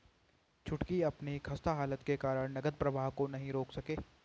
छुटकी अपनी खस्ता हालत के कारण नगद प्रवाह को नहीं रोक सके